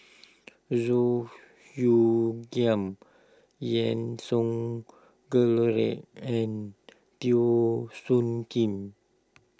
Zhu Xu Giam Yean Song and Teo Soon Kim